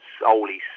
solely